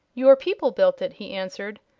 your people built it, he answered.